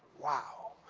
wow.